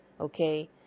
Okay